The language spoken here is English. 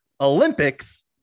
Olympics